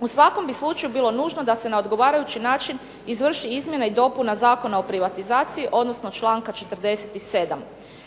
U svakom bi slučaju bilo nužno da se na odgovarajući način izvrši izmjena i dopuna Zakona o privatizaciji, odnosno čl. 47.